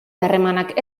harremanak